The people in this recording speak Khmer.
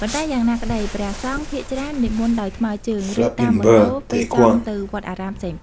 ប៉ុន្តែយ៉ាងណាក្ដី ព្រះសង្ឃភាគច្រើននិមន្តដោយថ្មើជើង ឬ តាមម៉ូតូពេលចង់ទៅវត្តអារាមផ្សេង។